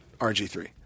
RG3